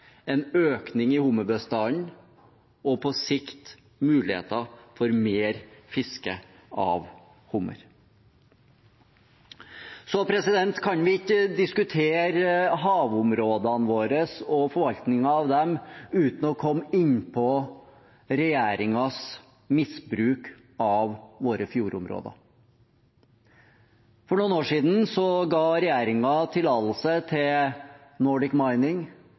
en økning i hummerbestanden og på sikt muligheter for mer fiske av hummer. Vi kan ikke diskutere havområdene våre og forvaltningen av dem uten å komme inn på regjeringens misbruk av våre fjordområder. For noen år siden ga regjeringen Nordic Mining og Nussir tillatelse til